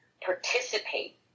participate